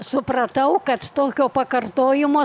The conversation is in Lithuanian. supratau kad tokio pakartojimo